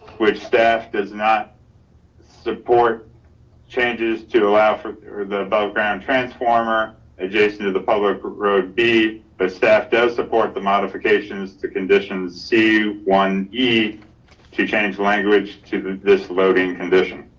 which staff does not support changes to allow for the above ground transformer adjacent to the public road b. the staff does support the modifications to conditions c one e to change the language to this loading condition.